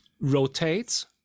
rotates